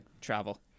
travel